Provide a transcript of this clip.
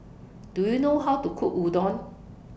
Do YOU know How to Cook Udon